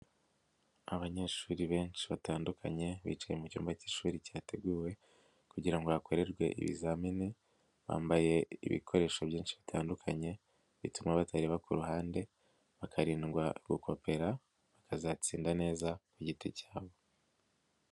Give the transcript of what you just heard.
Abanyeshuri benshi batandukanye, bicaye mu cyumba k'ishuri cyategu kugira ngo bakorerwe ibizamini, bambaye ibikoresho byinshi bitandukanye, bituma batareba ku ruhande bakarindwa gukopera, bakazatsinda neza ku giti cyabo.